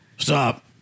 Stop